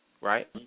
right